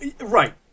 right